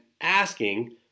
asking